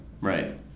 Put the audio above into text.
right